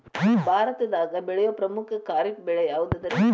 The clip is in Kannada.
ಭಾರತದಾಗ ಬೆಳೆಯೋ ಪ್ರಮುಖ ಖಾರಿಫ್ ಬೆಳೆ ಯಾವುದ್ರೇ?